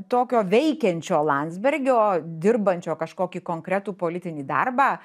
tokio veikiančio landsbergio dirbančio kažkokį konkretų politinį darbą